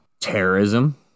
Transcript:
Terrorism